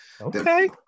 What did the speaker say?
Okay